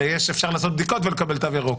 הרי אפשר לעשות בדיקות ולקבל תו ירוק.